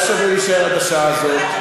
היה שווה להישאר עד השעה הזאת.